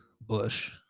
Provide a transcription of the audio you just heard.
Bush